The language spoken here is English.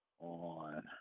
on